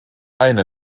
eine